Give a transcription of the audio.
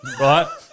right